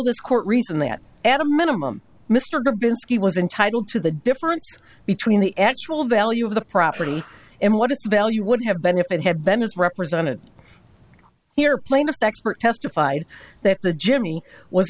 this court reason that at a minimum mr dubinsky was entitled to the difference between the actual value of the property and what its value would have been if it had ben is represented here plaintiff expert testified that the jimmy was